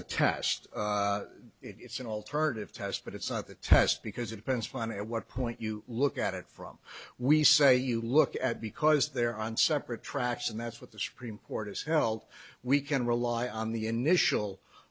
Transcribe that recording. test it's an alternative test but it's not the test because it depends upon at what point you look at it from we say you look at because they're on separate tracks and that's what the supreme court has held we can rely on the initial